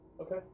Okay